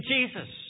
Jesus